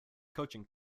coaching